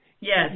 Yes